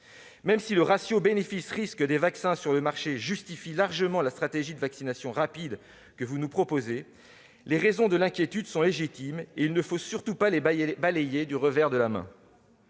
Même si le ratio bénéfices-risques des vaccins sur le marché justifie largement la stratégie de vaccination rapide que vous nous proposez, les raisons de l'inquiétude sont légitimes, et il ne faut surtout pas les balayer du revers de la main.